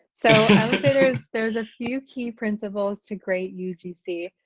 say there's a few key principles to great ugc. the